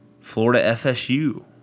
Florida-FSU